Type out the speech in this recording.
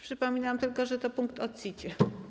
Przypominam tylko, że to punkt o CIT.